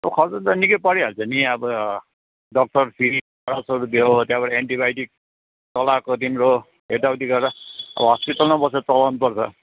तो खर्च त निकै परिहाल्छ नि अब डक्टर फी नौ सय रुपियाँ हो त्यहाँबाट एन्टिबायोटिक चलाएको तिम्रो यताउति गरेर हस्पिटलमा बसेर चलाउनु पर्छ